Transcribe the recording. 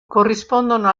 corrispondono